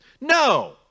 No